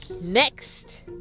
next